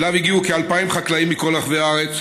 שהגיעו אליו כ-2,000 חקלאים מכל רחבי הארץ.